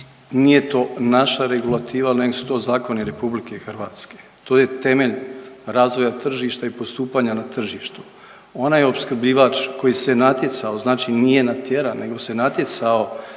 nije to naša regulativa nego su to zakoni RH, to je temelj razvoja tržišta i postupanja na tržištu. Onaj opskrbljivač koji se natjecao, znači nije natjeran nego se natjecao